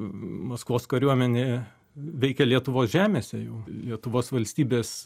maskvos kariuomenė veikė lietuvos žemėse jau lietuvos valstybės